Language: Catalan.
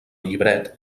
llibret